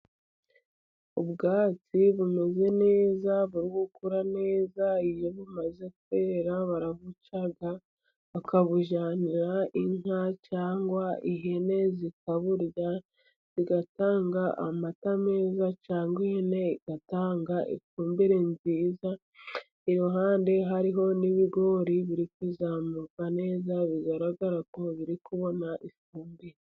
Ubwatsi bumeze neza buri gukura neza, iyo bumaze kwera barabuca, bakabujyanira inka cyangwa ihene zikaburya zigatanga amata meza cyangwa ihene igatanga ifumbire nziza, iruhande hariho n'ibigori biri kuzamuka neza bigaragara ko biri kubona ifumbire.